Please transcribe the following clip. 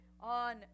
on